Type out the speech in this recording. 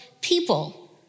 people